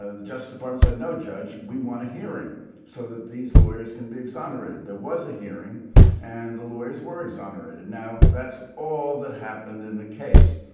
ah the justice department said no judge we want a hearing so that these lawyers can be exonerated. there was a hearing and the lawyers were exonerated. now that's all that happened in the case.